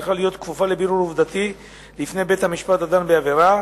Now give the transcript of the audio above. צריכה להיות כפופה לבירור עובדתי לפני בית-המשפט הדן בעבירה,